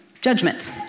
judgment